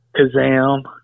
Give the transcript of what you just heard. Kazam